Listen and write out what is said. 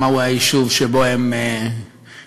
מה הוא היישוב שבו הם חיים,